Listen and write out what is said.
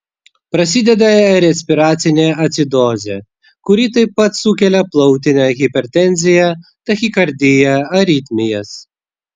prasideda respiracinė acidozė kuri taip pat sukelia plautinę hipertenziją tachikardiją aritmijas